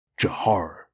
Jahar